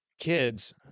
kids